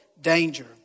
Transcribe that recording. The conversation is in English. danger